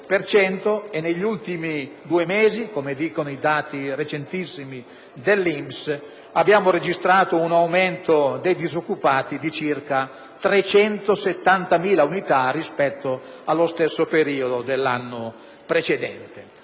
negli ultimi due mesi, come riportano dati recentissimi dell'INPS, si è registrato un aumento dei disoccupati di circa 370.000 unità rispetto allo stesso periodo dell'anno precedente.